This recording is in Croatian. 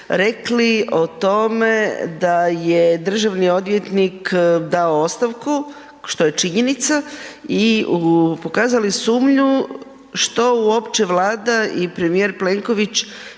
rekli o tome da je državni odvjetnik dao ostavku što je činjenica i pokazali sumnju što uopće Vlada i premijer Plenković